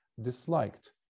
disliked